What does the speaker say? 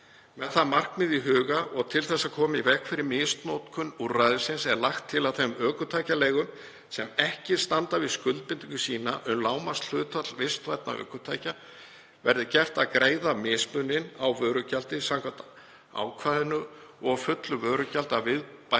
Með það markmið í huga og til þess að koma í veg fyrir misnotkun úrræðisins er lagt til að þeim ökutækjaleigum sem ekki standa við skuldbindingu sína um lágmarkshlutfall vistvænna ökutækja verði gert að endurgreiða mismun á vörugjaldi samkvæmt ákvæðinu og fullu vörugjaldi að viðbættu